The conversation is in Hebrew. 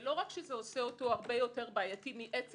לא רק שזה עושה אותו הרבה יותר בעייתי מעצם